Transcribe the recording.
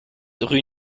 rue